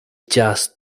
deas